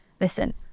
listen